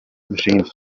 machines